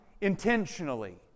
intentionally